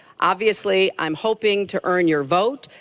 obviously i'm hoping to earn your vote,